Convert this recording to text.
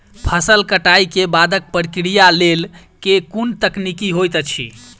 फसल कटाई केँ बादक प्रक्रिया लेल केँ कुन तकनीकी होइत अछि?